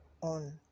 on